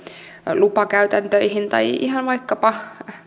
lupakäytäntöihin tai ihan vaikkapa